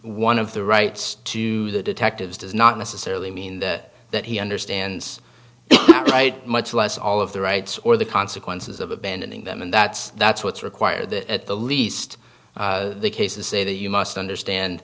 one of the rights to the detective's does not necessarily mean that he understands right much less all of the rights or the consequences of abandoning them and that's that's what's required at the least the cases say that you must understand